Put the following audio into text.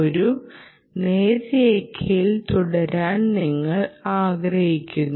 ഒരു നേർരേഖയിൽ തുടരാൻ നിങ്ങൾ ആഗ്രഹിക്കുന്നു